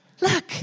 look